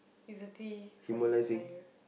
is a tea from Himalaya